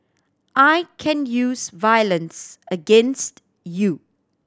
I can use violence against you